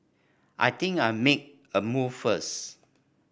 I think I'll make a move first